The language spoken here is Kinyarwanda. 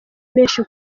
menshi